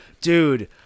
Dude